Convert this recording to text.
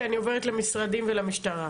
כי אני עוברת למשרדים ולמשטרה?